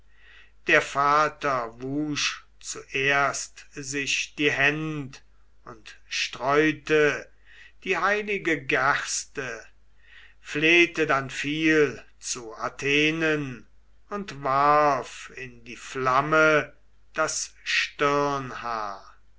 der vater wusch zuerst sich die händ und streute die heilige gerste flehte dann viel zu athenen und warf in die flamme das